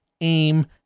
aim